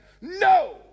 No